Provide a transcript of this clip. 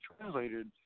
translated